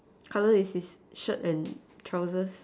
colour is his shirt and trousers